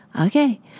Okay